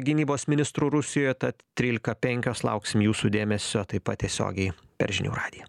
gynybos ministru rusijoje tad trylika penkios lauksim jūsų dėmesio taip pat tiesiogiai per žinių radiją